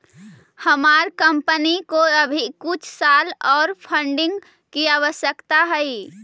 हमार कंपनी को अभी कुछ साल ओर फंडिंग की आवश्यकता हई